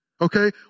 okay